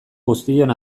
guztion